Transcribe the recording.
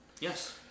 Yes